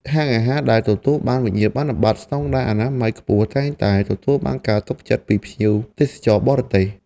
ហាងអាហារដែលទទួលបានវិញ្ញាបនបត្រស្តង់ដារអនាម័យខ្ពស់តែងតែទទួលបានការទុកចិត្តពីភ្ញៀវទេសចរបរទេស។